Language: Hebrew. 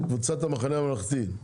קבוצת המחנה הממלכתי,